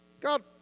God